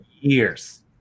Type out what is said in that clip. years